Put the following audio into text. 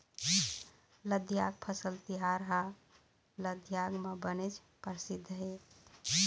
लद्दाख फसल तिहार ह लद्दाख म बनेच परसिद्ध हे